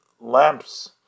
lamps